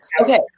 Okay